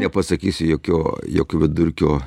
nepasakysiu jokio jokio vidurkio